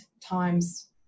times